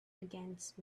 against